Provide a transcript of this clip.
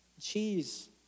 cheese